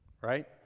right